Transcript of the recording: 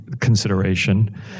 consideration